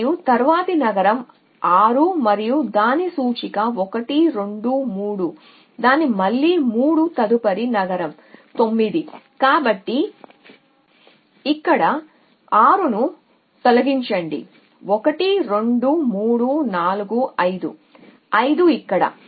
మరియు తరువాతి నగరం 6 మరియు దాని సూచిక 1 2 3 దాని మళ్ళీ 3 తదుపరి నగరం 9 కాబట్టి ఇక్కడ నుండి 6 ను తొలగించండి 1 2 3 4 5 5 ఇక్కడ